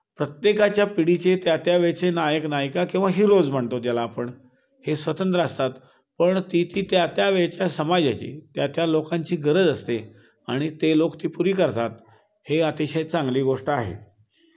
प्रत्येकाच्या पिढीचे त्या त्या वेळचे नायक नायिका किंवा हिरोज म्हणतो ज्याला आपण हे स्वतंत्र असतात पण ती ती त्या त्या वेळच्या समाजाची त्या त्या लोकांची गरज असते आणि ते लोक ती पुरी करतात हे अतिशय चांगली गोष्ट आहे